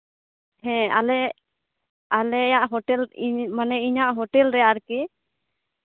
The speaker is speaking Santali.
ᱦᱮᱸ ᱟᱞᱮ ᱟᱞᱮᱭᱟᱜ ᱦᱳᱴᱮᱞ ᱤᱧ ᱢᱟᱱᱮ ᱤᱧᱟᱹᱜ ᱦᱳᱴᱮᱞ ᱨᱮ ᱟᱨᱠᱤ